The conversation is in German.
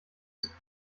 ist